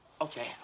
Okay